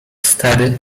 stary